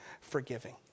forgiving